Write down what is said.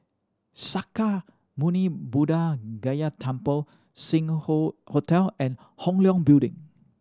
Sakya Muni Buddha Gaya Temple Sing Hoe Hotel and Hong Leong Building